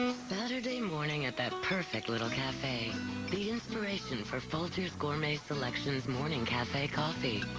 saturday morning at that perfect little cafe the inspiration for folgers gourmet selections morning cafe coffee.